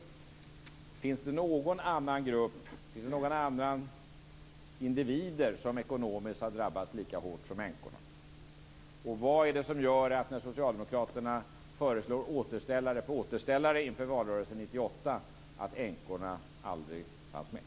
Finns det någon annan grupp, några andra individer som ekonomiskt har drabbats lika hårt som änkorna? När socialdemokraterna föreslog återställare på återställare inför valrörelsen 1998, vad var det som gjorde att änkorna aldrig fanns med?